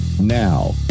Now